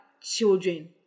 children